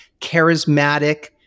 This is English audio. charismatic